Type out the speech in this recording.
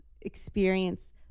experience